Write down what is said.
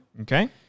Okay